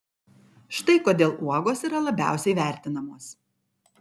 štai kodėl uogos yra labiausiai vertinamos